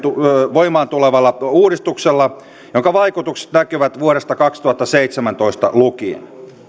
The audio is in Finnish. voimaan tulevalla uudistuksella jonka vaikutukset näkyvät vuodesta kaksituhattaseitsemäntoista lukien